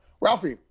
Ralphie